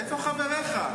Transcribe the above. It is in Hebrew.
איפה חבריך?